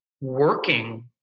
working